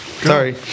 Sorry